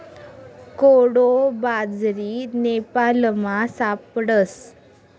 कोडो बाजरी नेपालमा सापडस